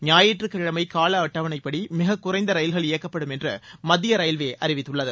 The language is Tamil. ஞாயிற்றுக்கிழமை கால அட்டவணைப்படி மிக குறைந்த ரயில்கள் இயக்கப்படும் என்று மத்திய ரயில்வே அறிவித்துள்ளது